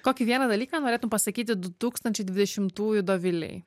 kokį vieną dalyką norėtum pasakyti du tūkstančiai dvidešimtųjų dovilei